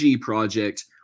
project